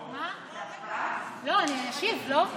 אני אשיב, לא?